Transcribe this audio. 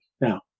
Now